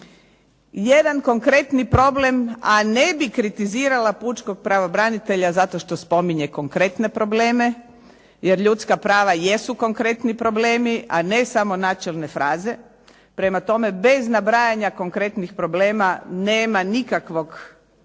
jedan konkretni problem a ne bi kritizirala pučkog pravobranitelja zato što spominje konkretne probleme jer ljudska prava jesu konkretni problemi a ne samo načelne fraze. Prema tome, bez nabrajanja konkretnih problema nema nikakvog